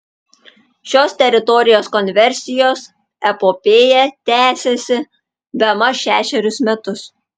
šios teritorijos konversijos epopėja tęsiasi bemaž šešerius metus